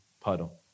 puddle